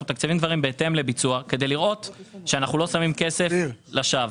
בהתאם לביצוע כדי לראות שאנחנו לא שמים כסף לשווא.